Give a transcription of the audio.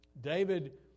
David